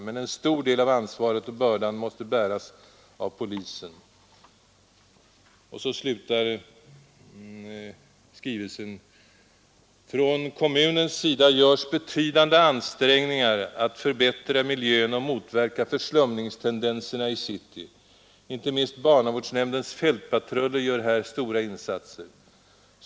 Men en stor del av ansvaret och bördan måste bäras av polisen.” Och så slutar skrivelsen: ”Från kommunens sida görs betydande ansträngningar att förbättra miljön och motverka förslumningstendenserna i city. Inte minst barnavårdsnämndens fältpatruller gör här stora insatser.